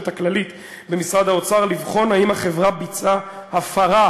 הכללית במשרד האוצר לבחון אם החברה ביצעה הפרה,